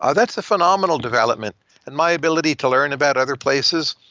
ah that's a phenomenal development and my ability to learn about other places.